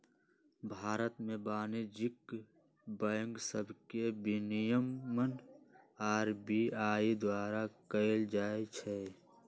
भारत में वाणिज्यिक बैंक सभके विनियमन आर.बी.आई द्वारा कएल जाइ छइ